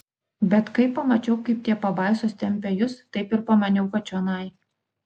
bet kai pamačiau kaip tie pabaisos tempia jus taip ir pamaniau kad čionai